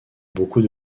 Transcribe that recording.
beaucoup